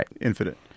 infinite